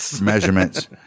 Measurements